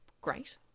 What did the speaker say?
great